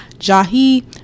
Jahi